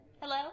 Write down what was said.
Hello